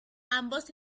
ambos